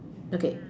okay